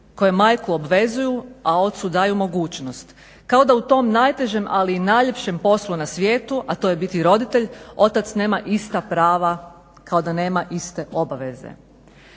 koje majku obvezuju a ocu daju mogućnost, kao da u tom najtežem ali i najljepšem poslu na svijetu, a to je biti roditelj otac nema ista prava kao da nema iste obaveze.